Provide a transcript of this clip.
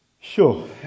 Sure